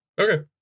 Okay